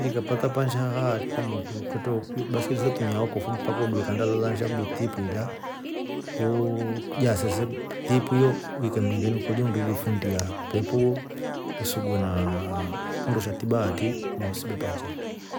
Ikapata pansha haa kwamotru kwete, baiskeli se tumia okofu mpaka udue ikanda lilya lansha udue tipuu ilya ujase se tipu yoo uikye mringeni ukolye kuulifundiaa upepo wo usugue naaa nndo sha tiba ati ndo usibe pancha yo.